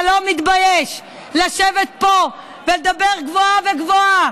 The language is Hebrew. אתה לא מתבייש לשבת פה ולדבר גבוהה-גבוהה